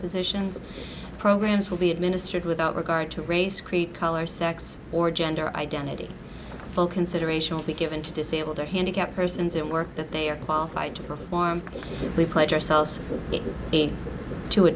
positions programs will be administered without regard to race creed color sex or gender identity full consideration be given to disabled or handicapped persons in work that they are qualified to perform we pledge ourselves to